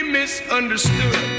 misunderstood